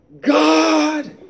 God